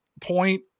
point